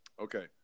Okay